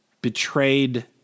betrayed